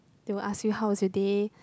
they will ask you how is your day